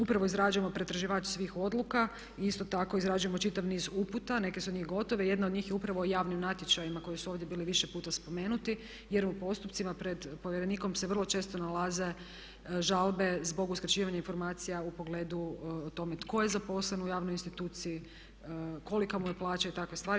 Upravo izrađujemo pretraživač svih odluka, isto tako izrađujemo čitav niz uputa, neke od njih su gotove, jedna od njih je upravo javni natječaji koji su ovdje bili više puta spomenuti jer u postupcima pred povjerenikom se vrlo često nalaze žalbe zbog uskraćivanja informacija u pogledu o tome tko je zaposlen u javnoj instituciji, kolika mu je plaća i takve stvari.